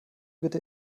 bitte